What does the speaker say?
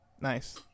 nice